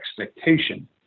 expectation